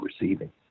receiving